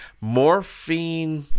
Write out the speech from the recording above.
morphine